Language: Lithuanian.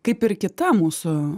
kaip ir kita mūsų